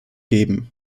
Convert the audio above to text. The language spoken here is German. geben